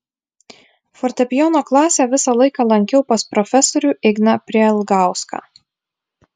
fortepijono klasę visą laiką lankiau pas profesorių igną prielgauską